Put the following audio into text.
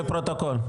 לפרוטוקול.